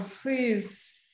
Please